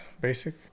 basic